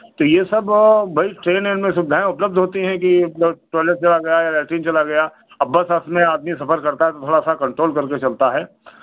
तो ये सब भाई ट्रेन एन में सुविधाएँ उपलब्ध होती हैं कि मतलब टोयलेट चला गया या लैट्रीन चला गया अब बस उस में आदमी सफ़र करता है तो थोड़ा सा कंट्रोल कर के चलता है